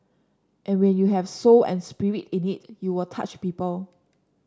and when you have soul and spirit in it you will touch people